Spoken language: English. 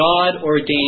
God-ordained